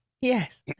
yes